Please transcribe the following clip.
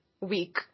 week